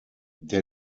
der